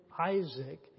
Isaac